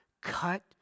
cut